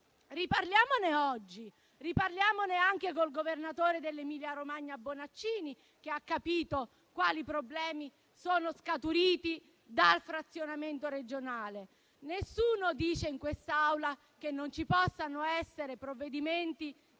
Riparliamone oggi, riparliamone anche col governatore dell'Emilia Romagna Bonaccini, che ha capito quali problemi sono scaturiti dal frazionamento regionale. Nessuno dice in quest'Aula che non ci possano essere provvedimenti